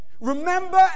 remember